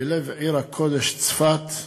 בלב עיר הקודש צפת,